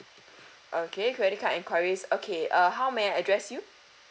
okay credit card enquiries okay uh how may I address you